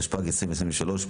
התשפ"ג-2023,